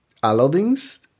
allerdings